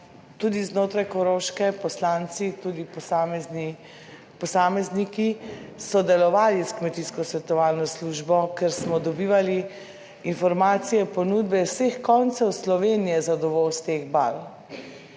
tudi znotraj Koroške poslanci, tudi posamezni posamezniki sodelovali s kmetijsko svetovalno službo, ker smo dobivali informacije, ponudbe z vseh koncev Slovenije za dovoz teh bal